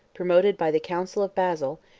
promoted by the council of basil,